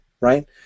right